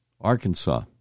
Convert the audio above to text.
Arkansas